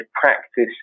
practice